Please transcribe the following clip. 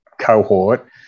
cohort